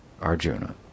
Arjuna